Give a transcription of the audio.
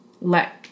let